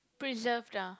preserved ah